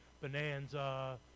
Bonanza